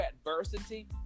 adversity